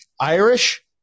Irish